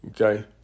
okay